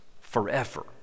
forever